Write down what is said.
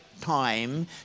time